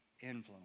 influence